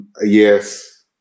Yes